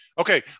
okay